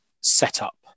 setup